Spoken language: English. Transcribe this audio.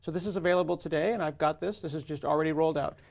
so this is available today, and i've got this. this is just already rolled out.